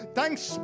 thanks